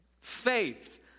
Faith